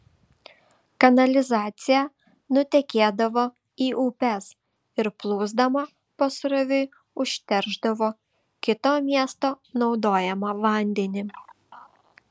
kanalizacija nutekėdavo į upes ir plūsdama pasroviui užteršdavo kito miesto naudojamą vandenį